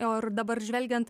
o ar dabar žvelgiant